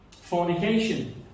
fornication